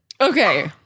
okay